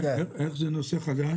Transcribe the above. איך זה נושא חדש?